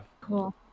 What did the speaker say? cool